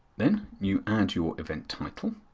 then, you add your event title.